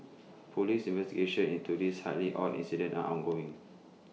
Police investigations into this highly odd incident are ongoing